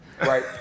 Right